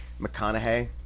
McConaughey